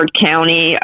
County